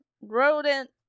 Rodent